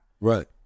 Right